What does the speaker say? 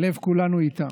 לב כולנו איתם.